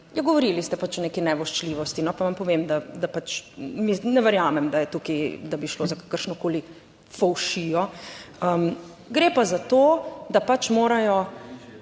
govorili ste pač o neki nevoščljivosti, pa vam povem, da pač ne verjamem, da je tukaj, da bi šlo za kakršnokoli fovšijo - standardi